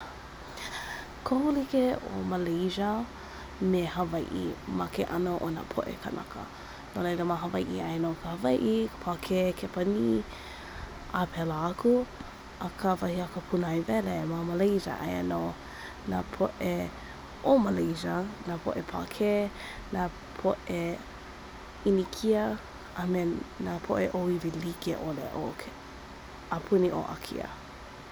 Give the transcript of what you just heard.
Kohu like ʻo Malaysia me Hawaiʻi ma ke ʻano o nā poʻe kānaka. No laila ma Hawaiʻi aia mau Hawaiʻi, Pākē, Kepanī a pēlā aku akā wahi a ka pūnaewele, ma Malaysia aia nō nā poʻe ʻo Malaysia, nā poʻe Pākē nā poʻe ʻInikia a me nā poʻe ʻōiwi likeʻole a puni ʻo ʻĀkia.